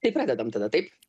tai pradedam tada taip